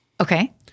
Okay